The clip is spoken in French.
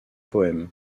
poèmes